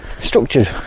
structured